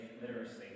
literacy